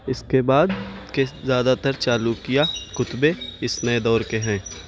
اس کے بعد کے زیادہ تر چالوکیہ کتبے اس نئے دور کے ہیں